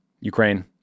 Ukraine